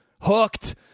hooked